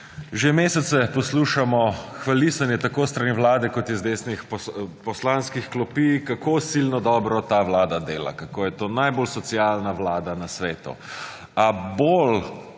Že mesece poslušamo hvalisanje tako s strani vlade kot iz desnih poslanskih klopi, kako silno dobro ta vlada dela, kako je to najbolj socialna vlada na svetu. A bolj